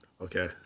Okay